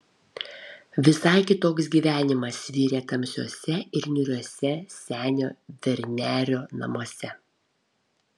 visai kitoks gyvenimas virė tamsiuose ir niūriuose senio vernerio namuose